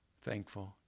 thankful